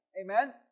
amen